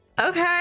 Okay